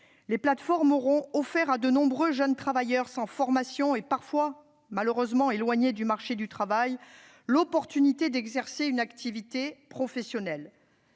Les plateformes auront offert à de nombreux jeunes travailleurs sans formation, et parfois éloignés du marché du travail, l'opportunité d'exercer une activité professionnelle.